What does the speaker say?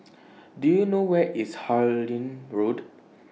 Do YOU know Where IS Harlyn Road